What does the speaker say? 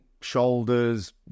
shoulders